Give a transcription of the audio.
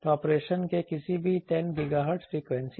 तो ऑपरेशन के किसी भी 10 GHz फ्रीक्वेंसी